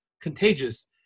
contagious